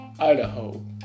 Idaho